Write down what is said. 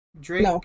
Drake